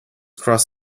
cross